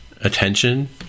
attention